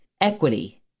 Equity